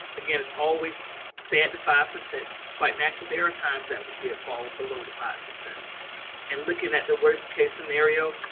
again, it's always stay at the five, quite natural there are times that we did fall below the five percent and looking at the worst case scenario,